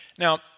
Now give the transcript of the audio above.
Now